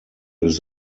des